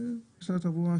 משרד התחבורה,